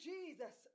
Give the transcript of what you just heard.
Jesus